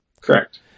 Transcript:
Correct